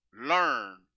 learn